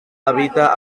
habita